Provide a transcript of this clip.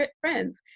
friends